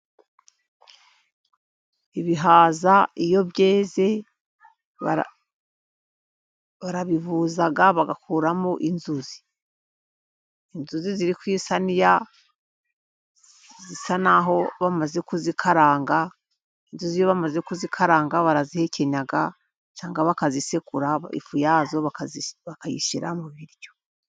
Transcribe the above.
Ibihaza iyo byeze barabivuza bagakuramo inzuzi, inzuzi ziri ku isaniya zisa naho bamaze kuzikaranga. Inzuzi iyo bamaze kuzikaranga barazihekenya cyangwa bakazisekura ifu yazo bakayishyira mu biryo.